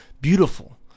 beautiful